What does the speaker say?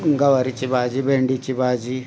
गवारीची भाजी भेंडीची भाजी